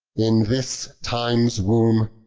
in this time's womb,